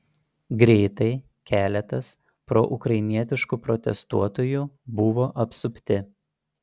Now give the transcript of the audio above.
greitai keletas proukrainietiškų protestuotojų buvo apsupti